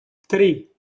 three